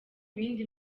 bindi